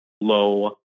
low